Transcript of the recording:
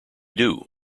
doo